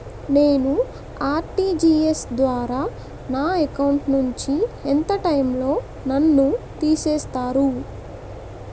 నేను ఆ.ర్టి.జి.ఎస్ ద్వారా నా అకౌంట్ నుంచి ఎంత టైం లో నన్ను తిసేస్తారు?